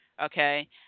okay